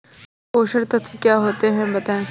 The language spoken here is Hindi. पोषक तत्व क्या होते हैं बताएँ?